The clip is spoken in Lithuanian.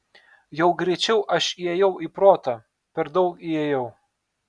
jau greičiau aš įėjau į protą per daug įėjau